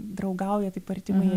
draugauja taip artimai